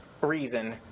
reason